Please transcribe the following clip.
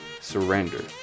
surrender